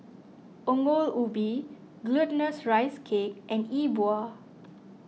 Ongol Ubi Glutinous Rice Cake and E Bua